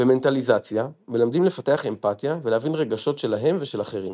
במנטליזציה מלמדים לפתח אמפתיה ולהבין רגשות שלהם ושל אחרים.